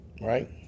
right